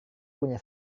punya